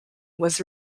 was